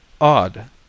Odd